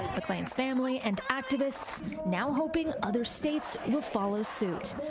mcclain's family and activists now hoping other states will follow suit.